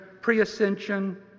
pre-ascension